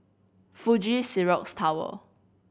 Fuji Xerox Tower